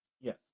yes